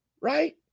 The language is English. right